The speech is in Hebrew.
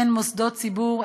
אין מוסדות ציבור,